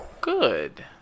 good